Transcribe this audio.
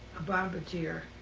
a bombardier.